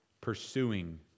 pursuing